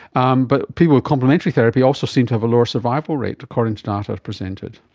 um but people with complimentary therapy also seem to have a lower survival rate, according to data presented.